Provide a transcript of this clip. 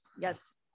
Yes